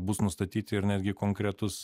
bus nustatyti ir netgi konkretūs